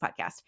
podcast